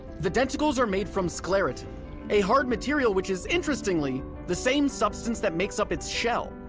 the denticles are made from sclerotin a hard material, which is interestingly the same substance that makes up its shell.